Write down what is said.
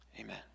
amen